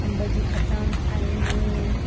अंब जी खटाण ठाहिनि